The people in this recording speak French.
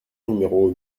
numéro